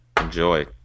Enjoy